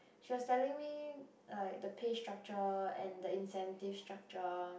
she was telling me like the pay structure and the incentive structure